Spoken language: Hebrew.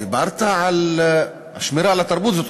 דיברת על שמירה על התרבות.